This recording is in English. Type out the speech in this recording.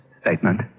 statement